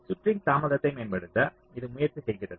சுற்றின் தாமதத்தை மேம்படுத்த அது முயற்சி செய்கிறது